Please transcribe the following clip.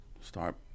start